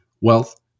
wealth